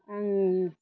आङो